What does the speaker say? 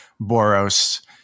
Boros